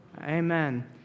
amen